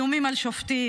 איומים על שופטים,